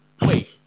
Wait